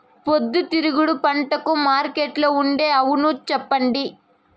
పొద్దుతిరుగుడు పంటకు మార్కెట్లో ఉండే అవును చెప్పండి?